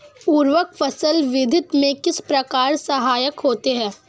उर्वरक फसल वृद्धि में किस प्रकार सहायक होते हैं?